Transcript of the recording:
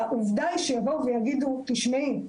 העובדה היא שיבואו ויגידו תשמעי,